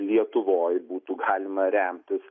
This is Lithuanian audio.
lietuvoj būtų galima remtis